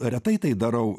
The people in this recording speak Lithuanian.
retai tai darau